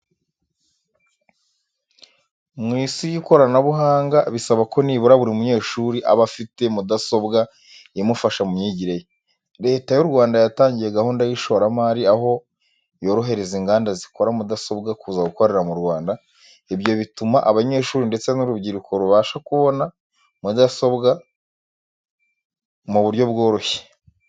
Mu Isi y'ikoranabuhanga bisaba ko nibura buri munyeshuri aba afite mudasobwa imufasha mu myigire ye. Leta y'u Rwanda yatangije gahunda y'ishoramari, aho yorohereza inganda zikora mudasobwa kuza gukorera mu Rwanda. Ibyo bituma abanyeshuri ndetse n'urubyiruko rubasha kubona mudasobwa mu buryo bworoshye.